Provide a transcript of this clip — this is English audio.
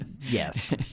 Yes